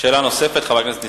שימוש בכלים אזרחיים